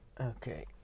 Okay